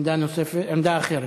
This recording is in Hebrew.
עמדה אחרת.